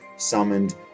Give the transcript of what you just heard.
Summoned